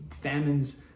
famines